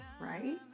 right